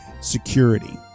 security